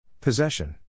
Possession